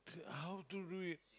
how to do it